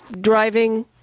driving